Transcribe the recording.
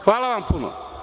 Hvala vam puno.